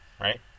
right